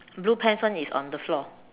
blue pants one is on the floor